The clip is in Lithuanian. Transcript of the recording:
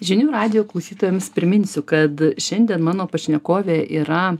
žinių radijo klausytojams priminsiu kad šiandien mano pašnekovė yra